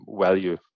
value